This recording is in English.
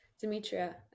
Demetria